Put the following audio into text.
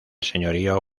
señorío